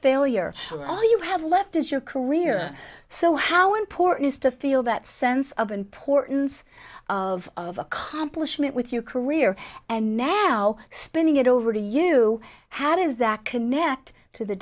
failure all you have left is your career so how important is to feel that sense of importance of of accomplishment with your career and now spinning it over to you how does that connect to the